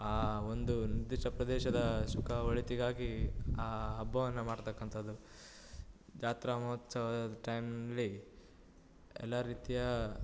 ಆ ಒಂದು ನಿರ್ದಿಷ್ಟ ಪ್ರದೇಶದ ಸುಖ ಒಳಿತಿಗಾಗಿ ಆ ಹಬ್ಬವನ್ನು ಮಾಡ್ತಕ್ಕಂಥದ್ದು ಜಾತ್ರಾ ಮಹೋತ್ಸವದ ಟೈಮಲ್ಲಿ ಎಲ್ಲ ರೀತಿಯ